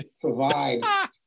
provide